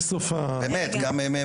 תודה רבה לכם.